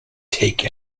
take